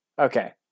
Okay